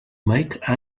make